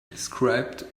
described